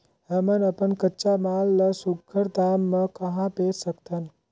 हमन अपन कच्चा माल ल सुघ्घर दाम म कहा बेच सकथन?